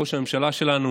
ראש הממשלה שלנו